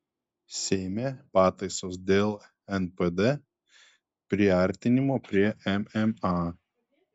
seime pataisos dėl npd priartinimo prie mma